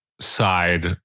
side